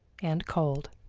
and cold.